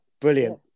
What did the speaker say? Brilliant